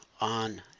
on